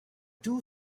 two